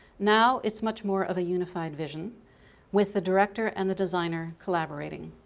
now it's much more of a unified vision with the director and the designer collaborating.